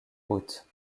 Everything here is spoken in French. haute